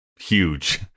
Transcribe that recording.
huge